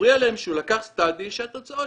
הפריע להם שהוא לקח סטאדי שהתוצאות